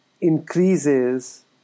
increases